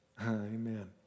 Amen